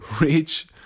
rich